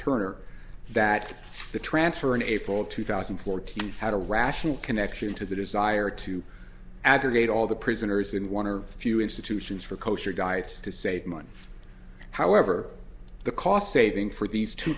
return or that the transfer in april two thousand and fourteen had a rational connection to the desire to abrogate all the prisoners in one or few institutions for kosher diets to save money however the cost saving for these two